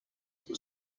were